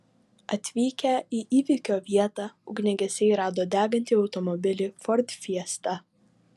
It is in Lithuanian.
atvykę į įvykio vietą ugniagesiai rado degantį automobilį ford fiesta